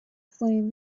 flame